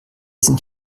sind